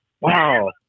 wow